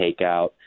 takeout